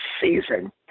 season